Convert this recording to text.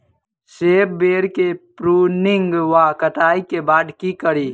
सेब बेर केँ प्रूनिंग वा कटाई केँ बाद की करि?